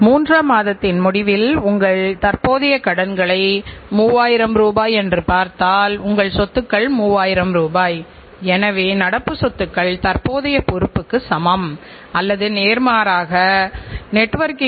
மேலும் நிறுவனத்திலுள்ள உற்பத்தியின் ஒட்டுமொத்த செயல்திறனைப் பற்றியும் அது வாடிக்கையாளரை அடையும் போதும் மிகவும் கவனமாக இருக்கிறோம் என்பதை மதிப்பீடு செய்து தானே உறுதிப்படுத்திக் கொள்ள வேண்டும்